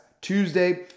Tuesday